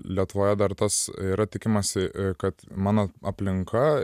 lietuvoje dar tas yra tikimasi kad mano aplinka